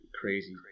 crazy